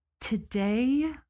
today